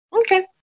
okay